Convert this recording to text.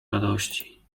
radości